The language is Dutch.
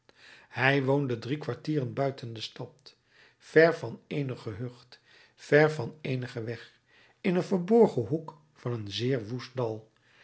hij woonde drie kwartier buiten de stad ver van eenig gehucht ver van eenigen weg in een verborgen hoek van een zeer woest dal